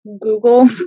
Google